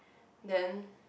then